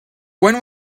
when